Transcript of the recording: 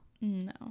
No